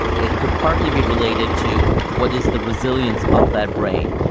it could partly be related to what is the resilience of that brain.